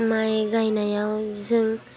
माय गायनायाव जों